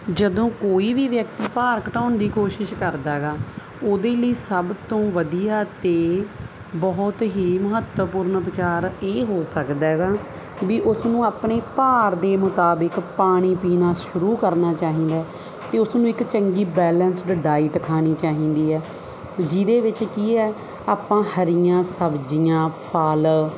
ਜਦੋਂ ਕੋਈ ਵੀ ਵਿਅਕਤੀ ਭਾਰ ਘਟਾਉਣ ਦੀ ਕੋਸ਼ਿਸ਼ ਕਰਦਾ ਹੈਗਾ ਉਹਦੇ ਲਈ ਸਭ ਤੋਂ ਵਧੀਆ ਅਤੇ ਬਹੁਤ ਹੀ ਮਹੱਤਵਪੂਰਨ ਵਿਚਾਰ ਇਹ ਹੋ ਸਕਦਾ ਗਾ ਵੀ ਉਸਨੂੰ ਆਪਣੇ ਭਾਰ ਦੇ ਮੁਤਾਬਿਕ ਪਾਣੀ ਪੀਣਾ ਸ਼ੁਰੂ ਕਰਨਾ ਚਾਹੀਦਾ ਅਤੇ ਉਸ ਨੂੰ ਇੱਕ ਚੰਗੀ ਬੈਲੈਂਸਡ ਡਾਇਟ ਖਾਣੀ ਚਾਹੀਦੀ ਹੈ ਜਿਹਦੇ ਵਿੱਚ ਕੀ ਹੈ ਆਪਾਂ ਹਰੀਆਂ ਸਬਜ਼ੀਆਂ ਫ਼ਲ